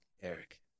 Eric